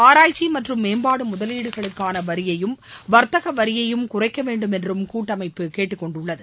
ஆராய்ச்சி மற்றும் மேம்பாட்டு முதலீடுகளுக்கான வரியையும் வர்த்தக வரியையும் குறைக்க வேண்டும் என்றும் கூட்டமைப்பு கேட்டுக் கொண்டுள்ளது